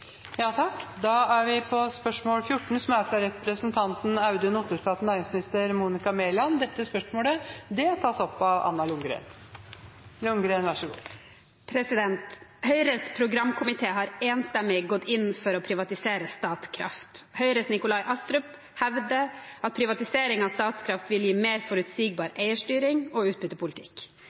fra representanten Audun Otterstad til næringsministeren, vil bli tatt opp av representanten Anna Ljunggren. «Høyres programkomité har enstemmig gått inn for å privatisere Statkraft. Høyres Nikolai Astrup hevder privatisering av Statkraft vil gi mer forutsigbar eierstyring og